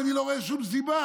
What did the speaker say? ואני לא רואה שום סיבה.